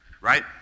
Right